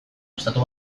estatu